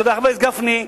חבר הכנסת גפני,